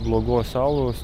blogos auros